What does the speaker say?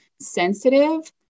sensitive